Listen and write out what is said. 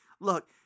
Look